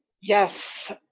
yes